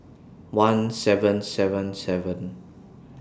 one seven seven seven